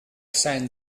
san